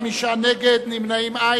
49 בעד, חמישה נגד ואין נמנעים.